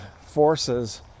forces